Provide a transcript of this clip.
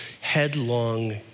headlong